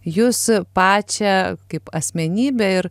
jus pačią kaip asmenybę ir